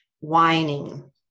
Whining